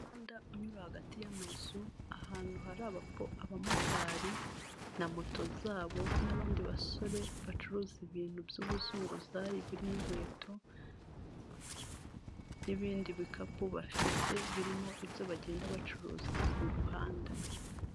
Umuhanda unyura hagati y'amazu ahantu hari abamotari na moto zabo n'abandi basore bacuruza ibintu by'ubuzunguzayi, burimo inkweto n'ibindi bi bikapu bafite birimo ibyo bagenda bacuruza mu muhanda.